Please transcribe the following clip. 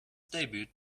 debut